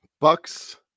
Bucks